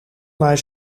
naar